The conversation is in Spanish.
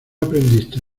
aprendiste